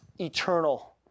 eternal